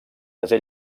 desè